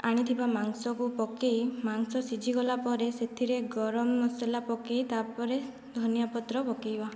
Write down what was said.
ଆଣିଥିବା ମାଂସକୁ ପକାଇ ମାଂସ ସିଝିଗଲା ପରେ ସେଥିରେ ଗରମ ମସଲା ପକାଇ ତା'ପରେ ଧନିଆ ପତ୍ର ପକାଇବା